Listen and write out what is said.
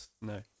No